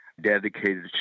dedicated